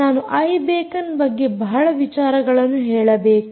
ನಾನು ಐ ಬೇಕನ್ ಬಗ್ಗೆ ಬಹಳ ವಿಚಾರಗಳನ್ನು ಹೇಳಬೇಕು